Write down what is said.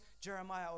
Jeremiah